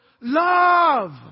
Love